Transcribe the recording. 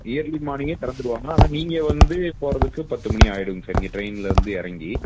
yearly மார்னிங்கே திறந்துடுவாங்க ஆனால் நீங்கள் வந்து போகறதுக்கு பத்து மணி ஆயிடுங்க சார் நீங்கள் வந்து ட்ரெயினில் வந்து இறங்கி